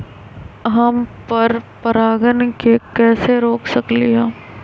हम पर परागण के कैसे रोक सकली ह?